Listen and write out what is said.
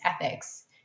ethics